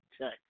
check